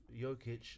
Jokic